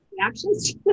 reactions